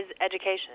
education